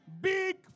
big